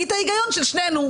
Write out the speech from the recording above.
כי ההיגיון של שנינו,